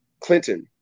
Clinton